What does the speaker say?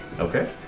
Okay